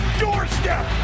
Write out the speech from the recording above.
doorstep